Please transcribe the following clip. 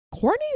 Courtney